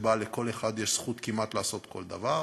שבה לכל אחד יש זכות כמעט לעשות כל דבר,